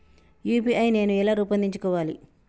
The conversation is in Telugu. యూ.పీ.ఐ నేను ఎలా రూపొందించుకోవాలి?